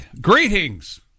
Greetings